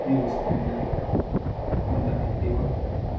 hero splendor Honda Activa